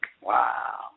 Wow